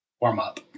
warm-up